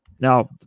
Now